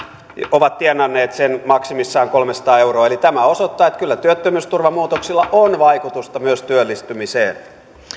ovat tienanneet sen maksimissaan kolmesataa euroa eli tämä osoittaa että kyllä työttömyysturvamuutoksilla on vaikutusta myös työllistymiseen